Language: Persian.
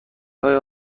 های